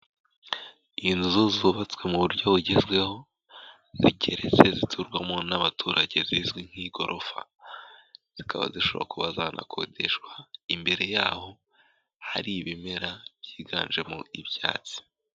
Inzu zubatswe mu buryo bugezweho, zigeretse ziturwamo n'abaturage zizwi nk'igorofa, zikaba zishobora kuba zanakodeshwa, imbere yaho hari ibimera byiganjemo ibyatsi.